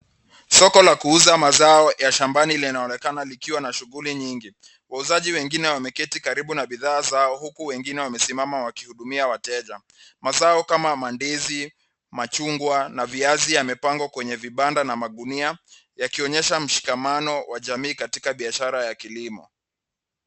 Soko la kuuza mazao ya shambani linaonekana likiwa na shughuli nyingi. Wauzaji wengine wameketi karibu na bidhaa zao, huku wengine wamesimama wakiwahudumia wateja. Mazao kama ndizi, machungwa na viazi yamepangwa kwenye vibanda na magunia, yakionyesha mshikamano wa jamii katika biashara ya kilimo.